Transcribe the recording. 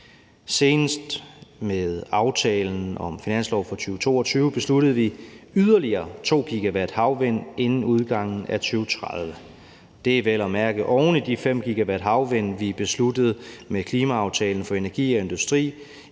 Senest med aftalen om finansloven for 2022 besluttede vi yderligere 2 GW havvind inden udgangen af 2030. Det er vel at mærke oven i de 5 GW havvind, vi besluttede med »Klimaaftalen for energi og industri